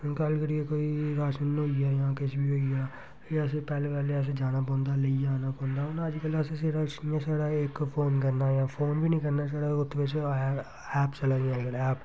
हून गल्ल करियै कोई राशन होई गेआ जां किश बी होई गेआ फ्ही अस पैह्ले पैह्ले अस जाना पौंदा हा लेइयै आना पौंदा हून अज्जकल अस जेह्ड़ा इयां छड़ा इक फोन करना जां फोन बी नी करना छड़ा ओत्त बिच्च ऐप चला दियां अज्जकल ऐप